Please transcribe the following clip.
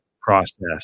process